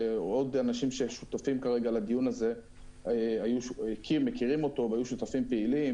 שעוד אנשים ששותפים כרגע לדיון הזה מכירים אותו והיו שותפים פעילים,